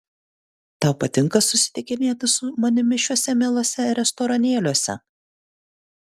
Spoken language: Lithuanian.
tau patinka susitikinėti su manimi šiuose mieluose restoranėliuose